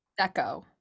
Deco